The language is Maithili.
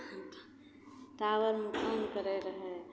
हूँ टावरमे फोन करै रहै